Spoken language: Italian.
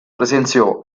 presenziò